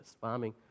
farming